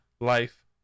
life